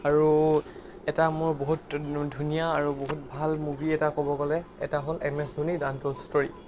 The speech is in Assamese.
আৰু এটা মোৰ বহুত ধুনীয়া আৰু মোৰ বহুত ভাল মুভি এটা ক'ব গ'লে এটা হ'ল M S Dhoni the untold story